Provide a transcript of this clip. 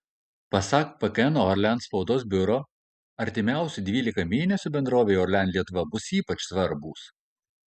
pasak pkn orlen spaudos biuro artimiausi dvylika mėnesių bendrovei orlen lietuva bus ypač svarbūs